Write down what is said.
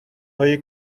های